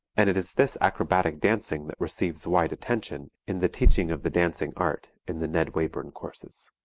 and it is this acrobatic dancing that receives wide attention in the teaching of the dancing art in the ned wayburn courses.